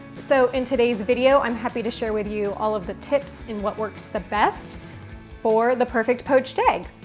so in today's video i'm happy to share with you all of the tips in what works the best for the perfect poached egg,